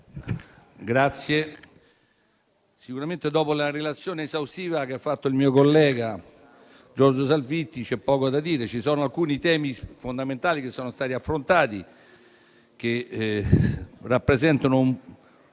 Presidente, dopo la relazione esaustiva fatta dal mio collega, Giorgio Salvitti, c'è poco da dire. Vi sono alcuni temi fondamentali che sono stati affrontati e che rappresentano